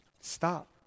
Stop